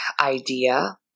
idea